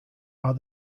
are